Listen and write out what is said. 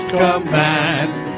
command